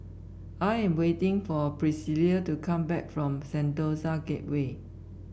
I am waiting for Priscila to come back from Sentosa Gateway